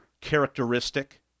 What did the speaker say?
characteristic